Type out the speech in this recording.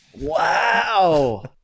Wow